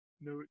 No